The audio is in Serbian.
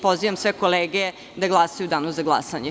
Pozivam sve kolege da glasaju u danu za glasanje.